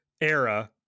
era